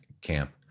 camp